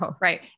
Right